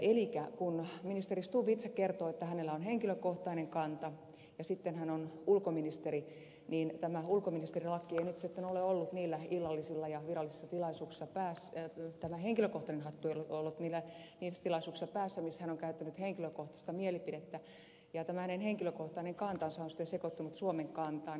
elikkä kun ministeri stubb itse kertoo että hänellä on henkilökohtainen kanta ja sitten hän on ulkoministeri niin tämä henkilökohtainen hattu ei sitten ole ollut päässä niillä illallisilla ja viron sotilasukset pääsee tämä henkilökohtainen virallisissa tilaisuuksissa missä hän on esittänyt henkilökohtaista mielipidettään ja tämä hänen henkilökohtainen kantansa on sitten sekoittunut suomen kantaan